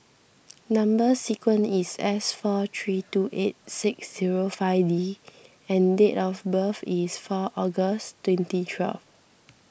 Number Sequence is S four three two eight six zero five D and date of birth is four August twenty twelve